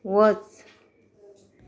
वच